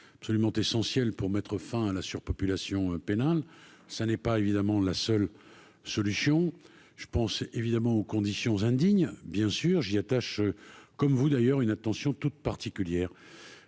absolument essentiel pour mettre fin à la surpopulation pénale, ça n'est pas évidemment la seule solution je pense évidemment aux conditions indignes, bien sûr j'y attache comme vous d'ailleurs une attention toute particulière,